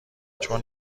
چون